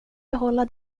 behålla